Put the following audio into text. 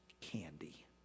candy